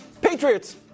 Patriots